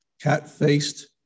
cat-faced